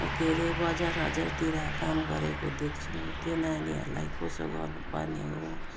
के अरे बजार बजारतिर काम गरेको देख्छौँ त्यो नानीहरूलाई कसो गर्नुपर्ने हो